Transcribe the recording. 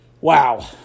wow